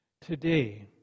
Today